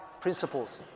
principles